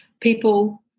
people